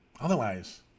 otherwise